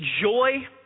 joy